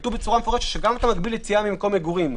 כתוב בצורה מפורשת שאתה גם מגביל יציאה ממקום מגורים.